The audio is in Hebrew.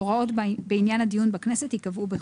בין כה וכה הם באים עם התקציב עצמו.